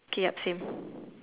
okay yup same